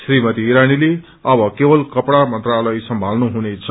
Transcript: श्रीमती इरानीले अब केवल कपड़ा मंत्रालय सम्झाल्नु हुनेछ